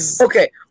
Okay